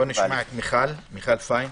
מיכל פיין.